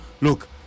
look